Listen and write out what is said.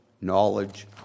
knowledge